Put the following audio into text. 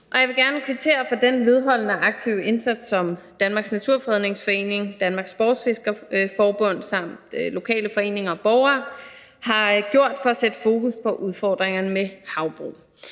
på. Jeg vil gerne kvittere for den vedholdende og rettidige indsats, som Danmarks Naturfredningsforening, Danmarks Sportsfiskerforbund samt lokale foreninger og borgere har gjort for at sætte fokus på udfordringerne med havbrug.